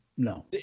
No